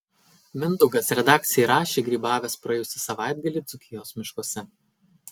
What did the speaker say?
mindaugas redakcijai rašė grybavęs praėjusį savaitgalį dzūkijos miškuose